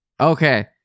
Okay